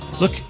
Look